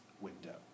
window